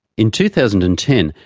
in two thousand and ten,